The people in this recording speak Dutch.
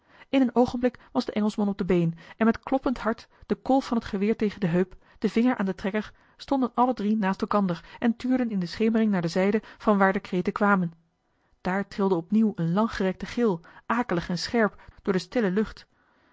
in een oogenblik was de engelschman op de been en met kloppend hart de kolf van het geweer tegen de heup den vinger aan den trekker stonden alle drie naast elkander en tuurden in de schemering naar de zijde vanwaar de kreten kwamen daar trilde opnieuw een langgerekte gil akelig en scherp door de stille lucht